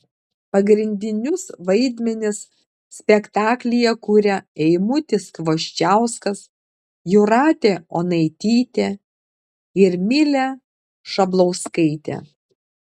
pagrindinius vaidmenis spektaklyje kuria eimutis kvoščiauskas jūratė onaitytė ir milė šablauskaitė